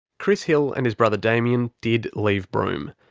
chris hill and his brother damien did leave broome.